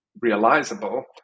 realizable